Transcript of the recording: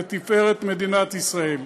לתפארת מדינת ישראל.